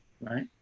right